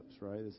right